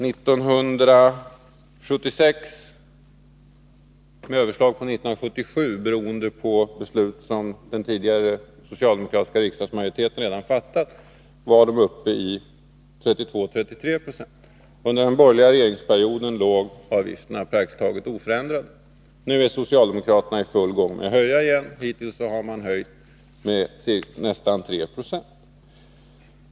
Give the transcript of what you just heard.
1976 — med överslag på 1977, beroende på beslut som den tidigare socialdemokratiska riksdagsmajoriteten redan fattat — var de uppe i 32-33 Zo. Under den borgerliga regeringsperioden låg avgifterna praktiskt taget oförändrade. Nu är socialdemokraterna i full gång med att höja igen — hittills har man höjt med nästan 3 26.